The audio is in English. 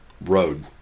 road